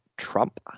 Trump